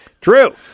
True